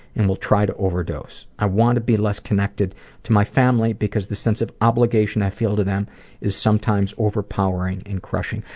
and will try to overdose. i want to be less connected to my family because the sense of obligation i feel to them is sometimes overpowering and crushing.